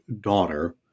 daughter